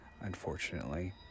unfortunately